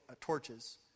torches